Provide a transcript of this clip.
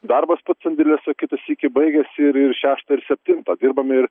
darbas pats sandėliuose kitą sykį baigiasi ir ir šeštą ir septintą dirbam ir